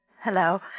Hello